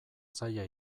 zaila